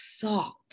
thought